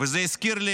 ללא יוצא מן הכלל,